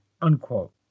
Unquote